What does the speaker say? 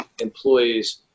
employees